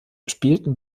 spielten